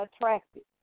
attractive